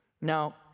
Now